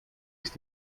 ist